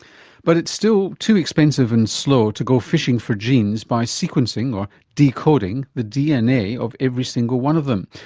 but it's still too expensive and slow to go fishing for genes by sequencing or decoding the dna of every single one of them.